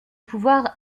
pouvoir